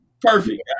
Perfect